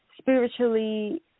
spiritually